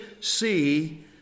see